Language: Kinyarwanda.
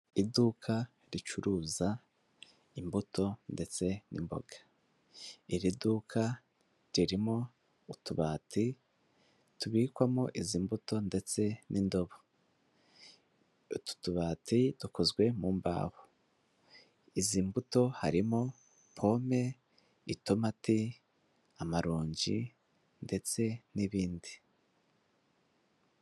Iduka ricuruza imbuto ndetse n'imboga, iri duka ririmo utubati tubikwamo izi mbuto ndetse n'indobo, utu tubati dukozwe mu mbaho, izi mbuto harimo pome, itomati, amaronji ndetse n'ibindi.